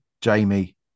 Jamie